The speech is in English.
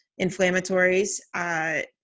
inflammatories